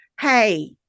Hey